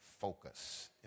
focus